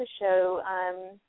show